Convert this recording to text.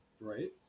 Right